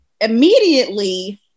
immediately –